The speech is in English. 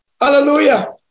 Hallelujah